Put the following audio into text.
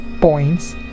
points